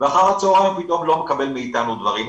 ואחר הצהריים פתאום לא מקבל מאתנו דברים,